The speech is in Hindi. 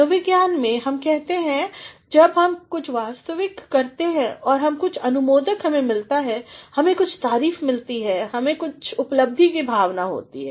मनोविज्ञान में हम कहते हैं जब हम कुछ वास्तविक करते हैं और हमें कुछ अनुमोदनमिलता है हमें कुछ तारीफ मिलती है हमें एक उपलब्धि की भावना होती है